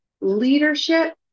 leadership